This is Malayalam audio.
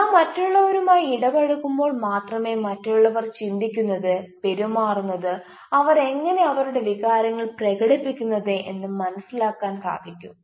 നാം മറ്റുള്ളവരുമായി ഇടപഴകുമ്പോൾ മാത്രമേ മറ്റുള്ളവർ ചിന്തിക്കുന്നത് പെരുമാറുന്നത് അവർ എങ്ങനെ അവരുടെ വികാരങ്ങൾ പ്രകടിപ്പിക്കുന്നത് എന്ന് മനസിലാക്കാൻ സാധിക്കൂ